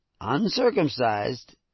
uncircumcised